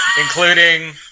including